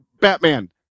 Batman